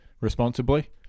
responsibly